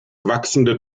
wachsende